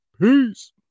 peace